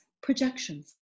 projections